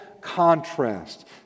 contrast